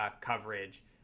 coverage